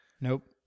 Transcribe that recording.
nope